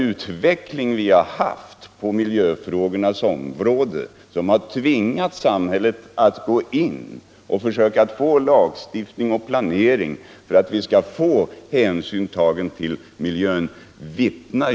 Utvecklingen på miljöfrågornas område har ju tvingat samhället att träda in och försöka åstadkomma lagstiftning och planering för att hänsyn skall tas till miljön.